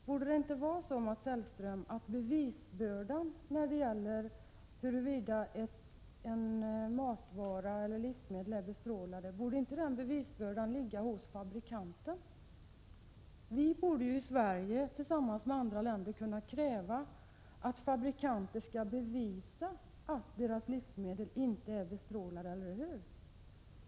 Borde det inte vara så, Mats 24 november 1986 Hellström, att bevisbördan i fråga om huruvida ett livsmedel är bestrålateller = ZY. dog inte ligger hos fabrikanten? Sverige borde tillsammans med andra länder kunna kräva att fabrikanter skall bevisa att deras livsmedel inte är bestrålade, eller hur?